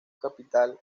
capital